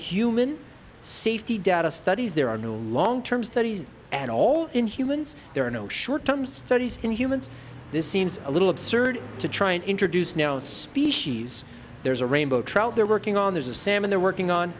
human safety data studies there are new long term studies at all in humans there are no short term studies in humans this seems a little absurd to try and introduce now a species there's a rainbow trout they're working on there's a salmon they're working on